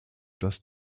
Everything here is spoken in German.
dass